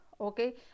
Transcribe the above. okay